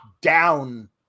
down